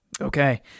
Okay